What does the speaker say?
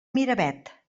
miravet